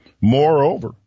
Moreover